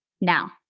Now